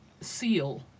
seal